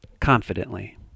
confidently